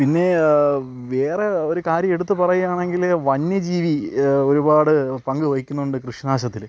പിന്നെ വേറെ ഒരു കാര്യം എടുത്തു പറയാണെങ്കിൽ വന്യജീവി ഒരുപാട് പങ്ക് വഹിക്കുന്നുണ്ട് കൃഷിനാശത്തിൽ